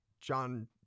John